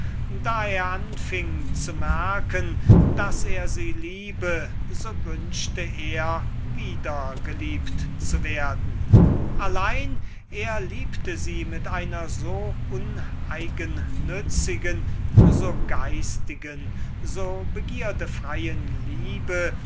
da er anfing zu merken daß er sie liebe so wünschte er wieder geliebt zu werden allein er liebte sie mit einer so uneigennützigen so geistigen so begierdenfreien liebe